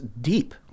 deep